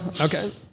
Okay